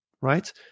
right